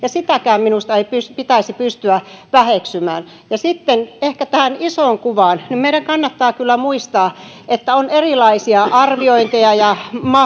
sitäkään ei minusta pitäisi pystyä väheksymään sitten ehkä tähän isoon kuvaan meidän kannattaa kyllä muistaa että on erilaisia arviointeja ja